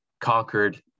conquered